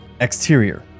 Exterior